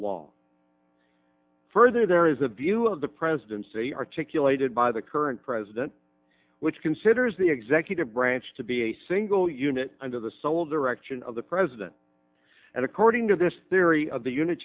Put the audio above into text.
law further there is a view of the presidency articulated by the current president which considers the executive branch to be a single unit under the sole direction of the president and according to this theory of the